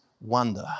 wonder